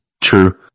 True